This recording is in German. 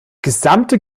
gesamte